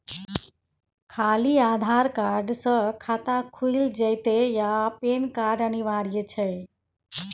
खाली आधार कार्ड स खाता खुईल जेतै या पेन कार्ड अनिवार्य छै?